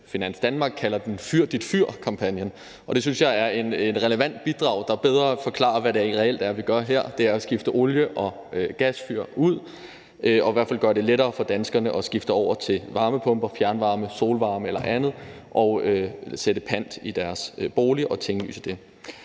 Finans Danmark kalder den »Fyr dit fyr«-kampagnen, og det synes jeg er et relevant bidrag, der bedre forklarer, hvad det reelt er, vi gør her: Det er at skifte olie- og gasfyr ud og gør det i hvert fald lettere for danskerne at skifte over til varmepumper, fjernvarme, solvarme eller andet og sætte pant i deres bolig og tinglyse det.